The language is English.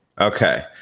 Okay